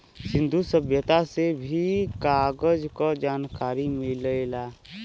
सिंन्धु सभ्यता में भी कागज क जनकारी मिलेला